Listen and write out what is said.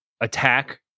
attack